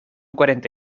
cuarenta